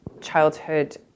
childhood